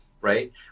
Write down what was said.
right